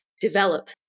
develop